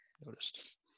noticed